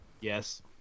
Yes